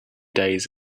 days